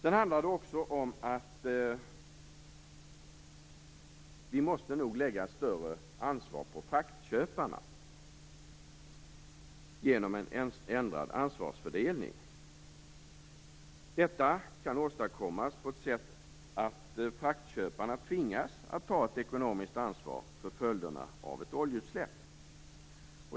Vi måste nog också lägga större ansvar på fraktköparna genom en ändrad ansvarsfördelning. Det kan åstadkommas genom att fraktköparna tvingas att ta ett ekonomiskt ansvar för följderna av ett oljeutsläpp.